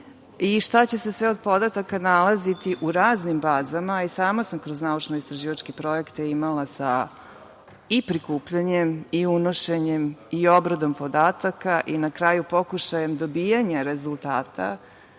i šta će se sve od podataka nalaziti u raznim bazama, i sama sam kroz naučno-istraživačke projekte imala sa i prikupljanjem i unošenjem i obradom podataka i na kraju pokušajem dobijanja rezultata